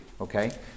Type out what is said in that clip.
Okay